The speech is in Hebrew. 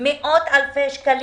מאות אלפי שקלים.